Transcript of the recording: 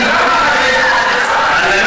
למה, אדוני היקר, תן לי.